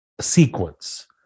sequence